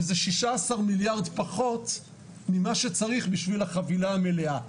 וזה 16 מיליארד פחות ממה שצריך בשביל החבילה המלאה.